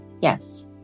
Yes